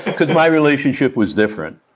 cause my relationship was different.